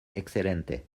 excelente